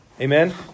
Amen